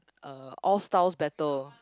uh all styles battle